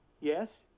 Yes